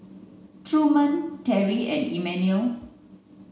Truman Terrie and Emanuel